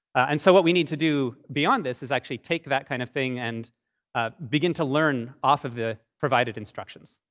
and so what we need to do beyond this is actually take that kind of thing and ah begin to learn off of the provided instructions,